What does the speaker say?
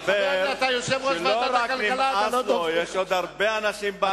אתה יושב-ראש ועדת הכלכלה, גברת